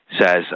says